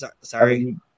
Sorry